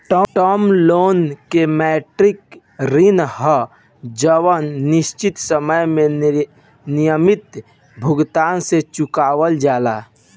term loan के मौद्रिक ऋण ह जवन निश्चित समय में नियमित भुगतान से चुकावल जाला